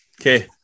Okay